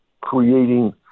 creating